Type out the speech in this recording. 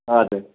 हजुर